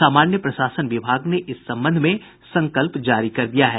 सामान्य प्रशासन विभाग ने इस संबंध में संकल्प जारी कर दिया है